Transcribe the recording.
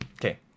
okay